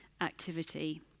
activity